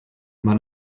immer